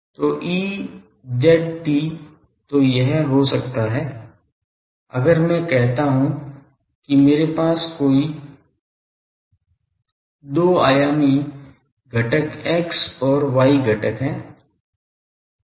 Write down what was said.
तो E z t तो यह हो सकता है अगर मैं कहता हूं कि मेरे पास कोई 2 आयामी घटक x और y घटक है